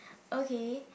okay